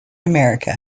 america